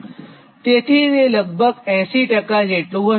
તેથી લગભગ તે 80 જેટલું હશે